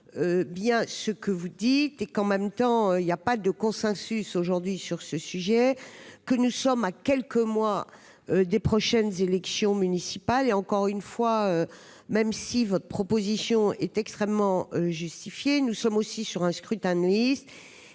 bien ce que vous dites et qu'en même temps il y a pas de consensus aujourd'hui sur ce sujet que nous sommes à quelques mois des prochaines élections municipales, et encore une fois, même si votre proposition est extrêmement justifiée, nous sommes aussi sur un scrutin de Nice